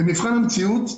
במבחן המציאות,